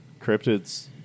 cryptids